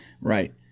Right